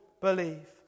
believe